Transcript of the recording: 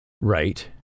right